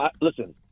listen